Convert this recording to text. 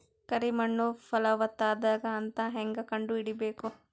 ಕರಿ ಮಣ್ಣು ಫಲವತ್ತಾಗದ ಅಂತ ಹೇಂಗ ಕಂಡುಹಿಡಿಬೇಕು?